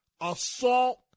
assault